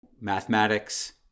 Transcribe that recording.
mathematics